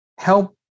Help